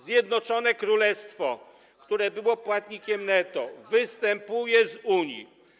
Zjednoczone Królestwo, które było płatnikiem netto, występuje z Unii.